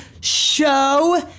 Show